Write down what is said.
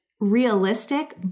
realistic